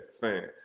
fan